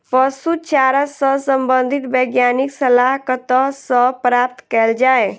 पशु चारा सऽ संबंधित वैज्ञानिक सलाह कतह सऽ प्राप्त कैल जाय?